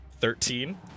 Thirteen